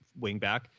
wingback